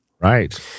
Right